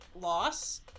loss